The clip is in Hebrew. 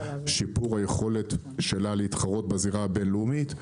שיפור היכולת שלה להתחרות בזירה הבינלאומית,